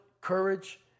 courage